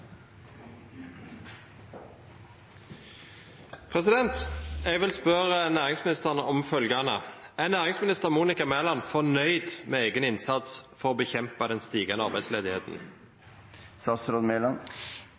Jeg vil spørre næringsministeren om følgende: Er næringsminister Monica Mæland fornøyd med egen innsats for å bekjempe den stigende arbeidsledigheten?